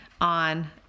on